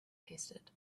tasted